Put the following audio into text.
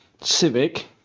Civic